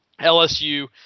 LSU